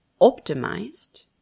optimized